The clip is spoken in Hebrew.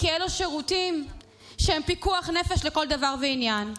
כי אלו שירותים שהם פיקוח נפש לכל דבר ועניין.